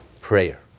prayer